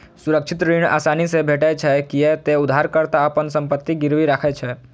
सुरक्षित ऋण आसानी से भेटै छै, कियै ते उधारकर्ता अपन संपत्ति गिरवी राखै छै